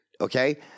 okay